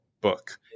book